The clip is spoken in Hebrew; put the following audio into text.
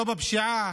לא בפשיעה,